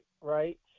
right